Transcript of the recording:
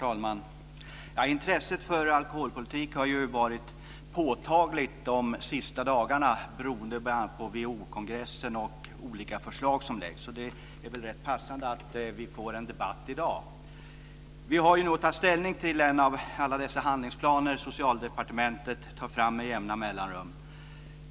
Herr talman! Intresset för alkoholpolitik har varit påtagligt de senaste dagarna beroende bl.a. på WHO kongressen och olika förslag som läggs fram. Det är därför rätt passande att vi får en debatt i dag. Vi har nu att ta ställning till en av alla dessa handlingsplaner som Socialdepartementet tar fram med jämna mellanrum.